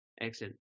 Excellent